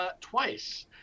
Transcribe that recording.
twice